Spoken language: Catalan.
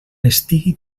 estigui